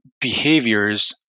behaviors